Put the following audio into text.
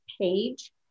page